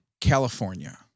California